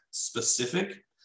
specific